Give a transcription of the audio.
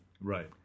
Right